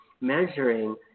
measuring